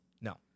No